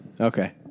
Okay